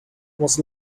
was